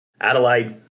Adelaide